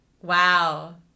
Wow